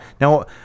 Now